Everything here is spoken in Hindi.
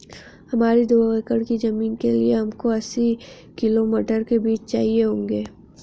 हमारी दो एकड़ की जमीन के लिए हमको अस्सी किलो मटर के बीज चाहिए होंगे